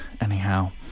anyhow